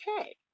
okay